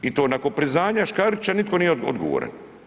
I to nakon priznanja Škarića nitko nije odgovoran.